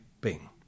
Bing